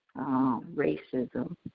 racism